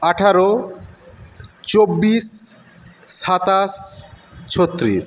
আঠারো চব্বিশ সাতাশ ছত্রিশ